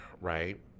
right